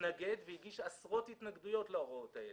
התנגד והגיש עשרות התנגדויות להוראות האלה.